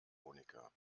monika